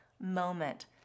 moment